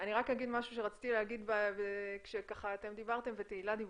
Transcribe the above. אני רק אגיד משהו שרציתי להגיד כשאתם דיברתם ותהילה דיברה.